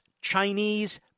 Chinese